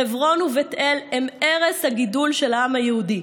חברון ובית אל הן ערש הגידול של העם היהודי.